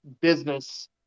business